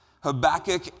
Habakkuk